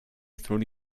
through